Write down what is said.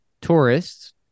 tourists